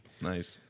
Nice